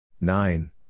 Nine